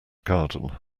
garden